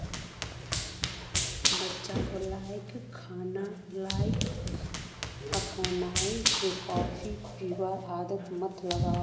बच्चा लाक अखनइ स कॉफी पीबार आदत मत लगा